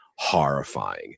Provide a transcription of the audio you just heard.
horrifying